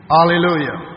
Hallelujah